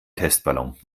testballon